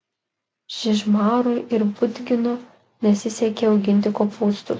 žižmarui su budginu nesisekė auginti kopūstus